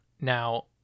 Now